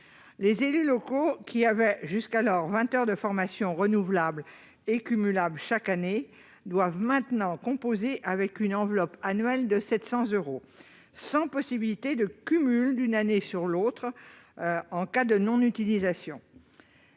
Les élus locaux, qui bénéficiaient jusqu'alors de 20 heures de formation renouvelables et cumulables chaque année, doivent maintenant composer avec une enveloppe annuelle de 700 euros, sans possibilité de cumul d'une année sur l'autre en cas de non-utilisation.